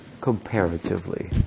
comparatively